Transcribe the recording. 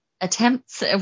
attempts